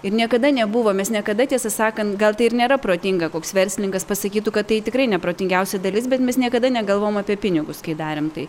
ir niekada nebuvomes niekada tiesą sakant gal tai ir nėra protinga koks verslininkas pasakytų kad tai tikrai neprotingiausia dalis bet mes niekada negalvojom apie pinigus kai darėm tai